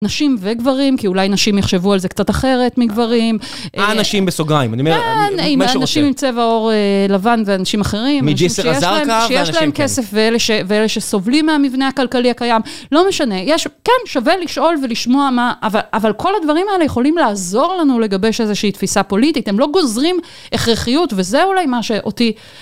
נשים וגברים, כי אולי נשים יחשבו על זה קצת אחרת מגברים. האנשים בסוגריים, אני אומר, מי שחושב. כן, אנשים עם צבע עור לבן ואנשים אחרים. מג'סר א זרקא, ואנשים כאלו. שיש להם כסף, ואלה שסובלים מהמבנה הכלכלי הקיים, לא משנה. כן, שווה לשאול ולשמוע מה, אבל כל הדברים האלה יכולים לעזור לנו לגבי איזושהי תפיסה פוליטית, הם לא גוזרים הכרחיות, וזה אולי מה שאותי...